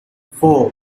four